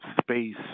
Space